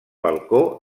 balcó